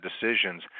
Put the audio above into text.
decisions